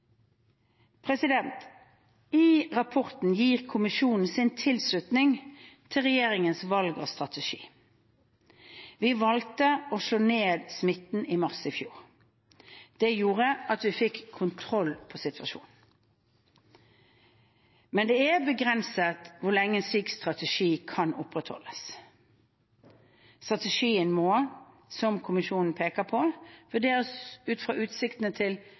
I rapporten gir kommisjonen sin tilslutning til regjeringens valg av strategi. Vi valgte å slå ned smitten i mars i fjor. Det gjorde at vi fikk kontroll på situasjonen. Men det er begrenset hvor lenge en slik strategi kan opprettholdes. Strategien må, som kommisjonen peker på, vurderes ut fra utsiktene til